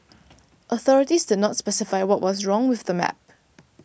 authorities did not specify what was wrong with the map